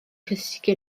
cysgu